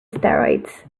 steroids